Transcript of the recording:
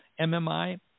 MMI